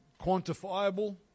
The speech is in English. quantifiable